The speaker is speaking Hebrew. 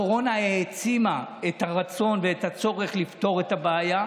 הקורונה העצימה את הרצון ואת הצורך לפתור את הבעיה.